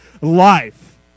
life